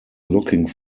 looking